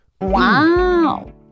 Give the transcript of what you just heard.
Wow